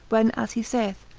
when as he saith,